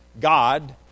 God